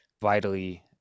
vitally